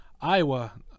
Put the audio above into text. Iowa